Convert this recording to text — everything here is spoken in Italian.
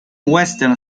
western